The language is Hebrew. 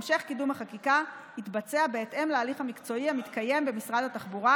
המשך קידום החקיקה יתבצע בהתאם להליך המקצועי המתקיים במשרד התחבורה,